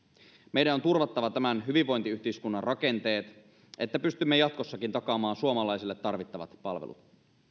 meidän on turvattava tämän hyvinvointiyhteiskunnan rakenteet että pystymme jatkossakin takaamaan suomalaisille tarvittavat palvelut ja